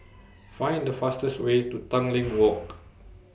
Find The fastest Way to Tanglin Walk